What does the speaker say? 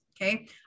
Okay